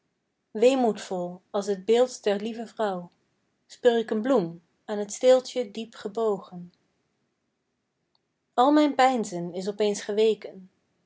effen donkerblauw weemoedvol als t beeld der lieve vrouw speur k een bloem aan t steeltje diep gebogen al mijn peinzen is opeens geweken